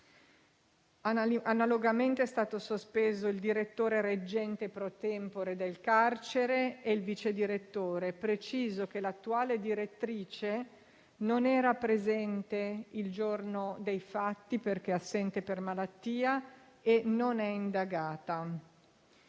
Analogamente, sono stati sospesi il direttore reggente *pro tempore* del carcere e il vice direttore. Preciso che l'attuale direttrice non era presente il giorno dei fatti, perché assente per malattia, e non è indagata.